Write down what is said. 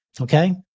Okay